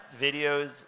videos